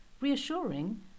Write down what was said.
Reassuring